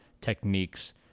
techniques